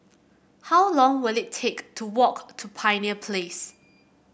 how long will it take to walk to Pioneer Place